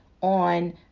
on